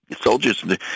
soldiers